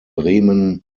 bremen